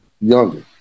Younger